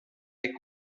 est